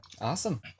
awesome